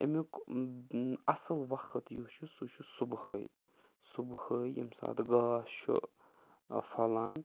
اَمیُک اَصٕل وقت یُس چھُ سُہ چھُ صُبحٲے صُبحٲے ییٚمہِ ساتہٕ گاش چھُ پھۄلان